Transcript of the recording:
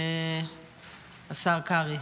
השר קרעי.